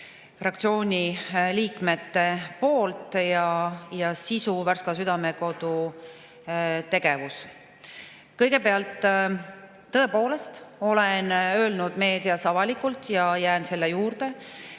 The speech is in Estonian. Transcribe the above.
fraktsiooni liikmete poolt ja selle sisu on Värska Südamekodu OÜ tegevuse kohta. Kõigepealt, tõepoolest olen öelnud meedias avalikult ja jään selle juurde,